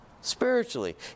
spiritually